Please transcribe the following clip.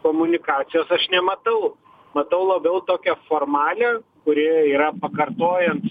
komunikacijos aš nematau matau labiau tokią formalią kuri yra pakartojant